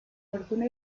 fortuna